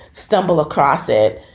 stumble across it,